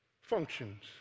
functions